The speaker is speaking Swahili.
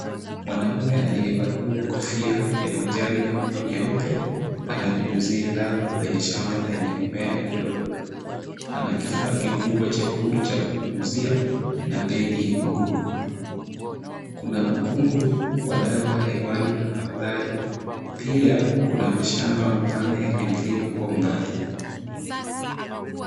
Mwanaume aliyevalia kofia ya majani na nguo nyeupe ananyunyuzia dawa kwenye shamba lenye mimea midogo. Ana kifaa kikubwa chekundu cha kunyunyuzia na begi mgongoni. Kuna ukungu wa dawa hewani na mandhari pia kuna mashamba mapana yenye milima kwa umbali.